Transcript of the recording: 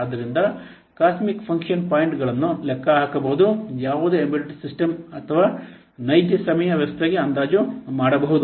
ಆದ್ದರಿಂದ COSMIC function ಪಾಯಿಂಟ್ಗಳನ್ನು ಲೆಕ್ಕಹಾಕಬಹುದು ಯಾವುದೇ ಎಂಬೆಡೆಡ್ ಸಿಸ್ಟಮ್ ಅಥವಾ ನೈಜ ಸಮಯ ವ್ಯವಸ್ಥೆಗೆ ಅಂದಾಜು ಮಾಡಬಹುದು